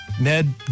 Ned